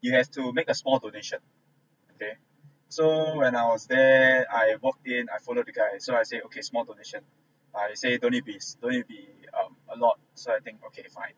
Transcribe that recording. you have to make a small donation okay so when I was there I walked in I followed the guy so I say okay small donation I say don't need to be s~ don't need to be um a lot so I think okay fine